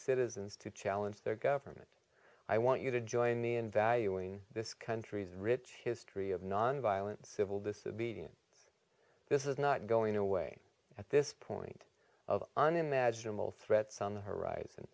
citizens to challenge their government i want you to join me in valuing this country's rich history of nonviolent civil disobedience this is not going away at this point of unimaginable threats on the horizon